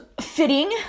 fitting